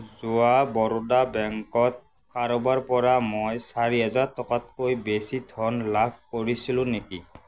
যোৱা বৰোদা বেংকত কাৰোবাৰ পৰা মই চাৰি হাজাৰ টকাতকৈ বেছি ধন লাভ কৰিছিলো নেকি